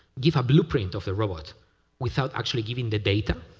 give a blueprint of the robot without actually giving the data?